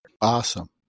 Awesome